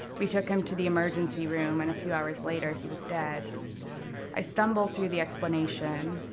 we took him to the emergency room. and a few hours later, he was dead i stumble through the explanation,